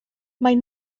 mae